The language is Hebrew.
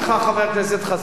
חבר הכנסת חסון,